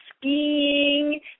skiing